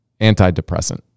antidepressant